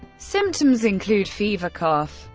symptoms include fever, cough,